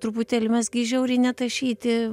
truputėlį mes gi žiauriai netašyti